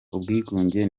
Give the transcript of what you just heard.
ubwigunge